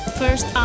first